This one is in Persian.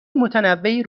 متنوعی